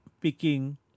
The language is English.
picking